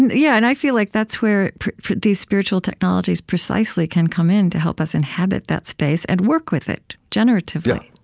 yeah, and i feel like that's where these spiritual technologies precisely can come in to help us inhabit that space and work with it, generatively,